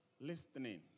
listening